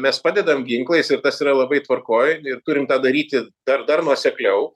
mes padedam ginklais ir tas yra labai tvarkoj ir turim tą daryti dar dar nuosekliau